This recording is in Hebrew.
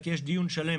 כי יש דיון שלם